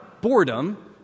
Boredom